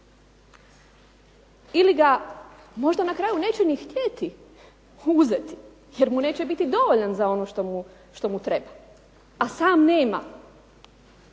Ili ga nitko na kraju neće ni htjeti uzeti jer mu neće biti dovoljan za ono što mu treba, a sam nema